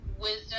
wisdom